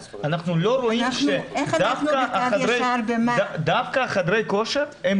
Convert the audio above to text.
אנחנו לא רואים שדווקא חדרי הכושר --- איך אנחנו בקו ישר?